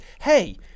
hey